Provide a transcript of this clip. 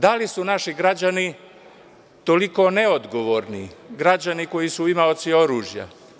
Da li su naši građani toliko neodgovorni, građani koji su imaoci oružja?